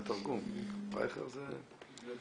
כן.